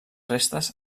restes